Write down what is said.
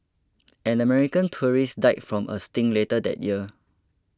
an American tourist died from a sting later that year